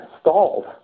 stalled